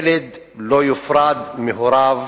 ילד לא יופרד מהוריו